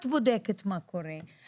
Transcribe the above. את בודקת מה קורה,